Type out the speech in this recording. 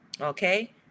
Okay